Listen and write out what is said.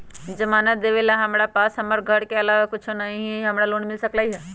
जमानत देवेला हमरा पास हमर घर के अलावा कुछो न ही का हमरा लोन मिल सकई ह?